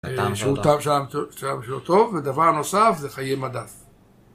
הוא טעם שהוא טוב, ודבר נוסף זה חיי מדף.